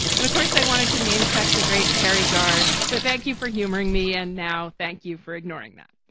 and of course, i wanted to name checked the great terry ghar. so thank you for humoring me. and now thank you for ignoring that.